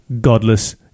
godless